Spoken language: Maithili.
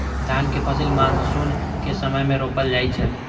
धानक फसिल मानसून के समय मे रोपल जाइ छै